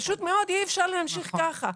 פשוט מאוד, אי אפשר להמשיך ככה.